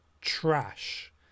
trash